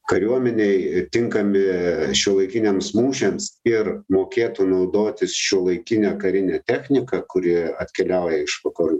kariuomenei ir tinkami šiuolaikiniams mūšiams ir mokėtų naudotis šiuolaikine karine technika kuri atkeliauja iš vakarų